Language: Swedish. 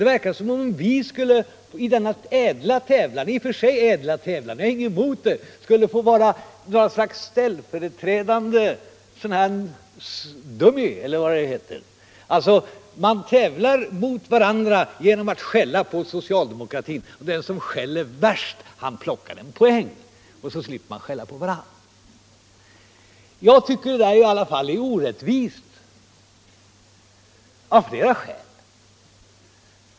Det verkar som om vi i denna i och för sig ädla tävlan — och den kan jag förstå — skulle få vara något slags ställföreträdande dummy eller vad det heter. Alltså: dessa partier tävlar mot varandra genom att skälla på socialdemokratin. Den som skäller värst plockar en poäng, och så slipper man skälla på varandra. Jag tycker i alla fall detta är orättvist av flera skäl.